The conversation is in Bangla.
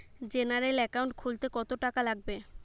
জেনারেল একাউন্ট খুলতে কত টাকা লাগবে?